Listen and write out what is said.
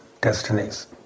destinies